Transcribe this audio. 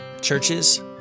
churches